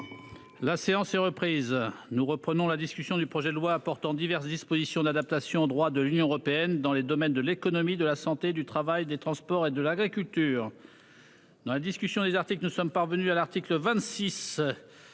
La séance est reprise nous reprenons la discussion du projet de loi portant diverses dispositions d'adaptation au droit de l'Union européenne dans les domaines de l'économie de la santé, du travail des transports et de l'agriculture. Dans la discussion des articles nous sommes parvenus à l'article 26.